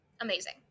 amazing